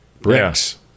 Bricks